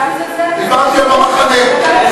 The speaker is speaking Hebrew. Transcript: דיברתי על "במחנה".